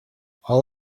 all